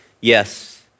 Yes